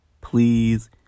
please